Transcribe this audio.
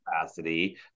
capacity